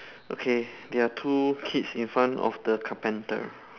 okay there are two kids in front of the carpenter